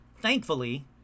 Thankfully